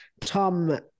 Tom